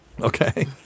okay